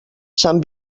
sant